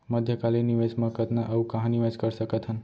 मध्यकालीन निवेश म कतना अऊ कहाँ निवेश कर सकत हन?